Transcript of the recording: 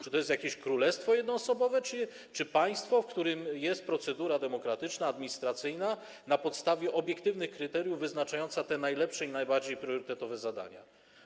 Czy to jest jakieś królestwo jednoosobowe, czy państwo, w którym jest procedura demokratyczna, administracyjna, na podstawie obiektywnych kryteriów wyznaczająca te najlepsze i najbardziej priorytetowe zadania?